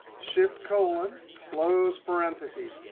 shift-colon, close parentheses.